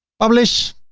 publish